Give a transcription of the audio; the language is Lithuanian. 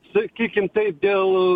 sakykim tai dėl